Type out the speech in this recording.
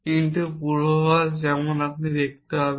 কিন্তু পূর্বাভাস যেমন আপনি দেখতে পাবেন